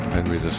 Henry